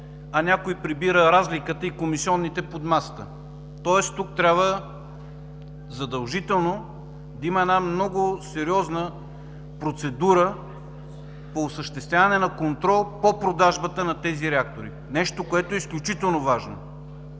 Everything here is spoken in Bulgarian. а някой прибира разликата и комисионите под масата. Тоест, тук трябва задължително да има една много сериозна процедура по осъществяване на контрол по продажбата на тези реактори – нещо, което е изключително важно.